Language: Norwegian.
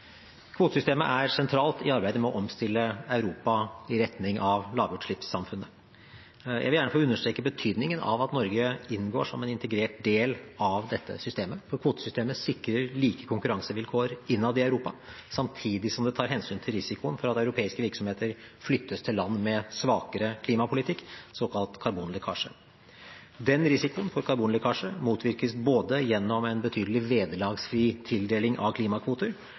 Kvotesystemet er sentralt i arbeidet med å omstille Europa i retning av lavutslippssamfunnet. Jeg vil gjerne få understreket betydningen av at Norge inngår som en integrert del av dette systemet. Kvotesystemet sikrer like konkurransevilkår innad i Europa samtidig som det tas hensyn til risikoen for at europeiske virksomheter flyttes til land med svakere klimapolitikk – såkalt karbonlekkasje. Risikoen for karbonlekkasje motvirkes både gjennom en betydelig vederlagsfri tildeling av klimakvoter